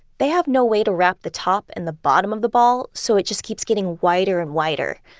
they have no way to wrap the top and the bottom of the ball, so it just keeps getting wider and wider.